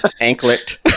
Anklet